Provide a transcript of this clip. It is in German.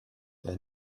wer